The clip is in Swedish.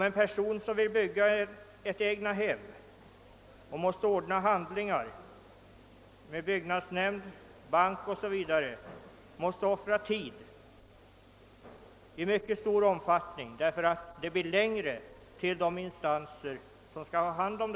En person som vill bygga ett egnahem och måste ordna handlingar hos byggnadsnämnd, bank 0. S. Vv. måste offra mycken tid därför att det blir längre avstånd till de instanser som han behöver anlita.